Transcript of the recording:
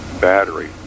battery